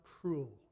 cruel